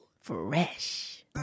Fresh